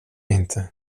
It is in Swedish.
inte